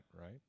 right